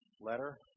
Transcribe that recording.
letter